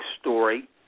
story